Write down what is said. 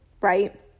Right